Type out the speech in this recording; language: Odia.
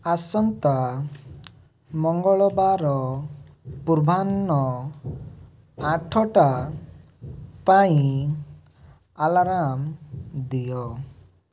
ଆସନ୍ତା ମଙ୍ଗଳବାର ପୂର୍ବାହ୍ନ ଆଠଟା ପାଇଁ ଆଲାର୍ମ୍ ଦିଅ